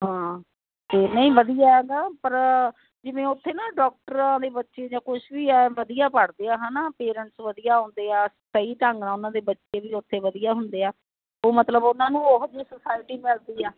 ਹਾਂ ਤੇ ਨਹੀਂ ਵਧੀਆ ਹੈਗਾ ਪਰ ਜਿਵੇਂ ਉੱਥੇ ਨਾ ਡੋਕਟਰਾਂ ਦੇ ਬੱਚੇ ਜਾਂ ਕੁਛ ਵੀ ਐ ਵਧੀਆ ਪੜ੍ਹਦੇ ਆ ਹਨਾ ਪੇਰੈਂਟਸ ਵਧੀਆ ਆਉਂਦੇ ਆ ਸਹੀ ਢੰਗ ਨਾਲ ਉਹਨਾਂ ਦੇ ਬੱਚੇ ਵੀ ਉੱਥੇ ਵਧੀਆ ਹੁੰਦੇ ਆ ਉਹ ਮਤਲਬ ਉਹਨਾਂ ਨੂੰ ਉਹ ਜਿਹੀ ਸੁਸਾਇਟੀ ਮਿਲਦੀ ਆ